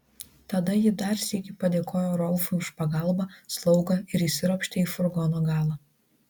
tada ji dar sykį padėkojo rolfui už pagalbą slaugą ir įsiropštė į furgono galą